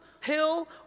hill